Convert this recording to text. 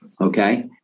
okay